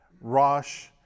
Rosh